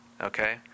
okay